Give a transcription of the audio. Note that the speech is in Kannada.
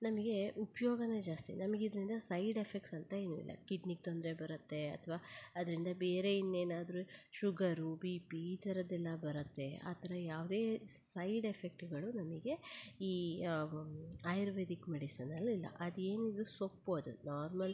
ನಮಗೆ ಉಪಯೋಗನೆ ಜಾಸ್ತಿ ನಮ್ಗೆ ಇದ್ರಿಂದ ಸೈಡ್ ಎಫೆಕ್ಟ್ಸ್ ಅಂತ ಏನು ಇಲ್ಲ ಕಿಡ್ನಿಗೆ ತೊಂದರೆ ಬರತ್ತೆ ಅಥ್ವಾ ಅದರಿಂದ ಬೇರೆ ಇನ್ನೇನಾದ್ರೂ ಶುಗರು ಬಿ ಪಿ ಈ ಥರದ್ದೆಲ್ಲ ಬರತ್ತೆ ಆ ಥರ ಯಾವುದೇ ಸೈಡ್ ಎಫೆಕ್ಟ್ಗಳು ನಮಗೆ ಈ ಆಯುರ್ವೇದಿಕ್ ಮೆಡಿಸನಲ್ಲಿ ಇಲ್ಲ ಅದೇನಿದ್ರೂ ಸೊಪ್ಪು ಅದು ನಾರ್ಮಲ್